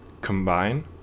combine